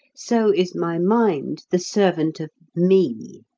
so is my mind the servant of me.